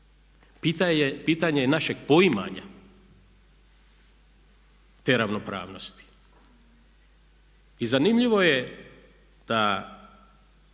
Pitanje je našeg poimanja te ravnopravnosti. I zanimljivo je da